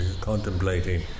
contemplating